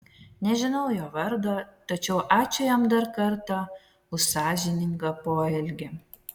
nežinau jo vardo tačiau ačiū jam dar kartą už sąžiningą poelgį